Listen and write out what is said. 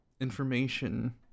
Information